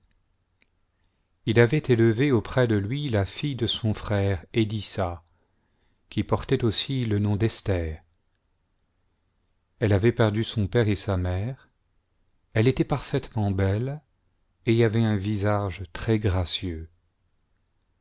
il avait élevé auprès de lui la fille de son frère édissa qui portait aussi le nom d'esther elle avait perdu son père et sa mère elle était parfaitement belle et avait un visage